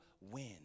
win